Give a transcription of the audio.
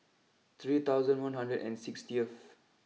three thousand one hundred and sixtieth